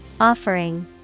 Offering